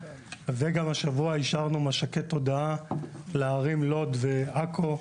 השבוע אישרנו מש"קי תודעה לערים לוד ועכו,